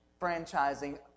franchising